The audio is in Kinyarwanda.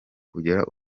kugera